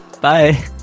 bye